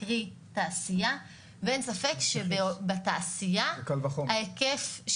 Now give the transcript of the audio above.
ליאור, אני מסבירה שוב פעם את הנושא